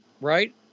Right